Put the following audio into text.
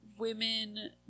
women